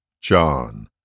John